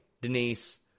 Denise